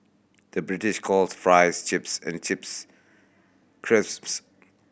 the British calls fries chips and chips crisps